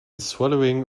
swallowing